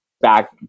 back